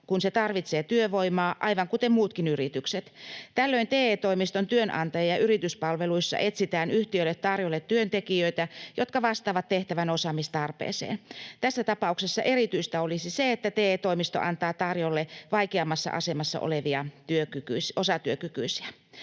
kun se tarvitsee työvoimaa, aivan kuten muutkin yritykset. Tällöin TE-toimiston työnantaja- ja yrityspalveluissa etsitään yhtiölle tarjolle työntekijöitä, jotka vastaavat tehtävän osaamistarpeeseen. Tässä tapauksessa erityistä olisi se, että TE-toimisto antaa tarjolle vaikeammassa asemassa olevia osatyökykyisiä.